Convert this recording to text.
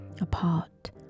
Apart